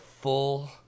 full